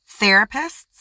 therapists